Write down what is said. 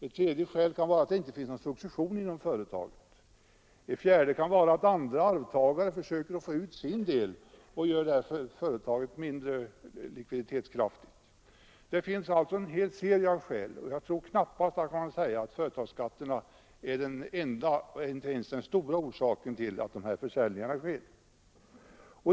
Ett tredje skäl kan vara att det inte finns någon succession inom familjen. Ett fjärde skäl kan vara att andra arvtagare försöker få ut sin del i företaget, vilket gör detta mindre likviditetskraftigt. Det finns alltså en hel serie av skäl till sådana försäljningar, och jag tror knappt att man kan säga att företagsskatterna är den enda eller ens den stora orsaken till att dessa försäljningar sker.